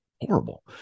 horrible